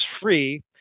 free